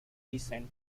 descent